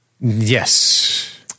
Yes